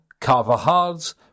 Carvajal's